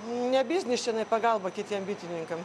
ne biznis čionai pagalba kitiem bitininkam